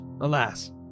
alas